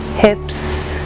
hips,